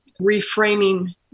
reframing